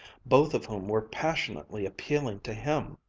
both of whom were passionately appealing to him!